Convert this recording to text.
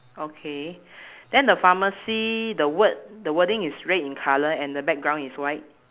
okay then the pharmacy the word the wording is red in colour and the background is white